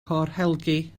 corhelgi